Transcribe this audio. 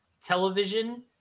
television